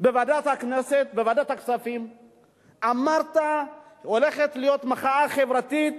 בוועדת הכספים אמרת: הולכת להיות מחאה חברתית.